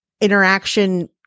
interaction